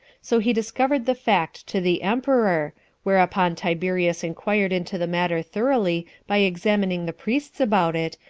so he discovered the fact to the emperor whereupon tiberius inquired into the matter thoroughly by examining the priests about it,